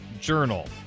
Journal